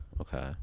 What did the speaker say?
Okay